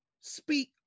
speak